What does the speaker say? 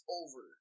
over